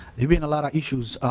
there's been a lot of issues